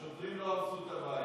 שוטרים לא הרסו את הבית.